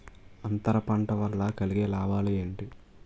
అంతర పంట వల్ల కలిగే లాభాలు ఏంటి